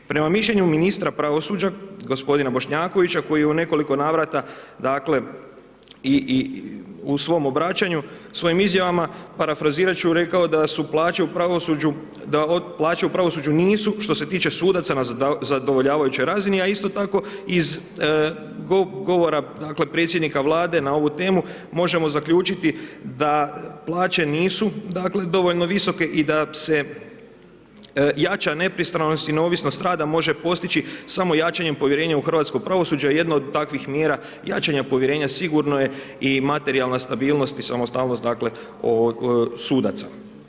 Prema mišljenju ministra pravosuđa gospodina Bošnjakovića koji je u nekoliko navrata dakle i u svom obraćanju, svojim izjavama, parafrazirati ću rekao da su plaće u pravosuđu, da plaće u pravosuđu nisu što se tiče sudaca na zadovoljavajućoj razini a isto tako iz govora dakle predsjednika Vlade na ovu temu možemo zaključiti da plaće nisu dakle dovoljno visoke i da se jača nepristranost i neovisnost rada može postići samo jačanjem povjerenja u hrvatsko pravosuđe a jedno od takvih mjera jačanja povjerenja sigurno je i materijalna stabilnost i samostalnost sudaca.